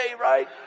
right